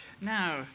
Now